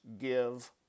give